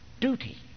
duty